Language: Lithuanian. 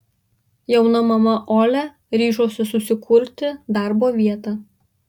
jauna mama olia ryžosi susikurti darbo vietą